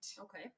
Okay